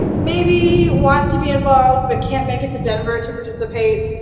maybe want to be involved but can't make it to denver to participate,